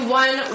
one